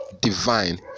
divine